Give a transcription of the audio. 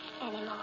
anymore